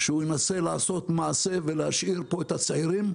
שהוא ינסה לעשות מעשה ולהשאיר פה את הצעירים.